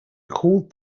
called